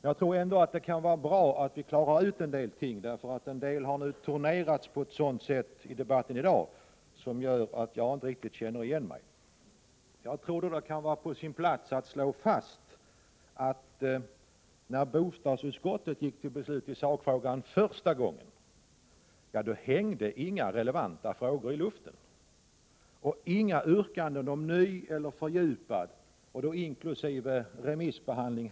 Jag tror ändå att det kan vara bra att klara ut en del saker, eftersom de i debatten i dag har turnerats på ett sådant sätt att jag inte riktigt känner igen mig. Det kan vara på sin plats att slå fast, att när bostadsutskottet gick till beslut i sakfrågan första gången, hängde inga relevanta frågor i luften och det avvisades inga yrkanden om ny eller fördjupad behandling, inkl. remissbehandling.